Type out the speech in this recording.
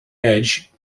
edge